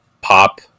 pop